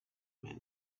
man